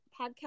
podcast